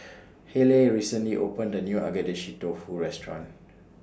Hayleigh recently opened The New Agedashi Dofu Restaurant